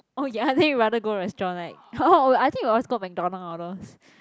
oh ya then you rather go restaurant right oh I think you always go McDonald's all those